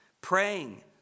praying